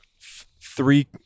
three